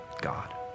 God